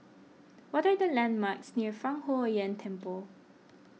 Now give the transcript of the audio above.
what are the landmarks near Fang Huo Yuan Temple